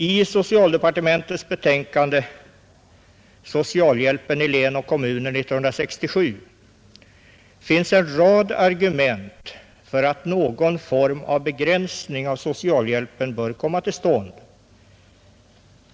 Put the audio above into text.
I socialdepartementets betänkande ”Socialhjälpen i län och kommuner 1967” finns en rad argument för att någon form av begränsning av socialhjälpen bör komma till stånd.